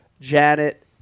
Janet